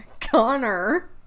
Connor